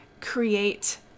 create